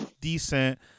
decent